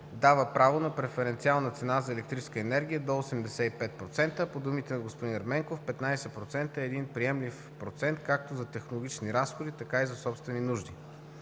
дава право на преференциална цена за електрическата енергия до 85%. По думите на господин Ерменков 15% е един приемлив процент както за технологични разходи, така и за собствени нужди.